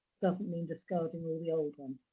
doesn't mean discarding all the old ones.